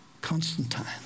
Constantine